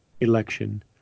election